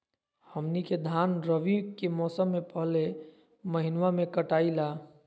हमनी के धान रवि के मौसम के पहले महिनवा में कटाई ला